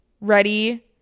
ready